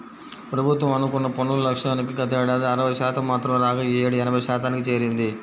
ప్రభుత్వం అనుకున్న పన్నుల లక్ష్యానికి గతేడాది అరవై శాతం మాత్రమే రాగా ఈ యేడు ఎనభై శాతానికి చేరింది